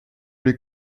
les